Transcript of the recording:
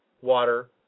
water